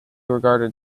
regarded